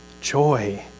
joy